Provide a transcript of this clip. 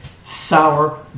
Sour